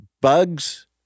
bugs